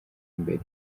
mbere